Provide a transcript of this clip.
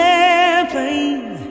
airplane